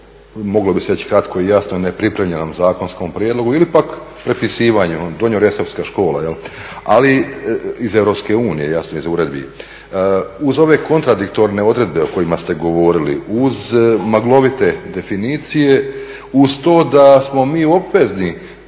moglo bi se reći kratko i jasno nepripremljenom zakonskom prijedlogu ili pak prepisivanju …/Govornik se ne razumije./… ali iz EU, jasno iz uredbi. Uz ove kontradiktorne odredbe o kojima ste govorili uz maglovite definicije, uz to da smo mi obvezni